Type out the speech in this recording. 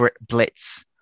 blitz